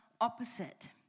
opposite